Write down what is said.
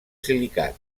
silicat